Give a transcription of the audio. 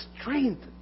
strength